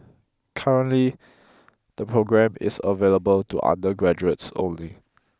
currently the programme is available to undergraduates only